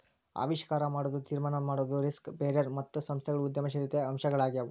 ಆವಿಷ್ಕಾರ ಮಾಡೊದು, ತೀರ್ಮಾನ ಮಾಡೊದು, ರಿಸ್ಕ್ ಬೇರರ್ ಮತ್ತು ಸಂಸ್ಥೆಗಳು ಉದ್ಯಮಶೇಲತೆಯ ಅಂಶಗಳಾಗ್ಯಾವು